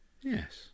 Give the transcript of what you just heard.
Yes